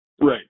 Right